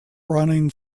running